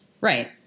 Right